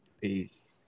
Peace